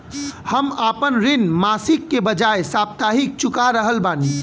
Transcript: हम आपन ऋण मासिक के बजाय साप्ताहिक चुका रहल बानी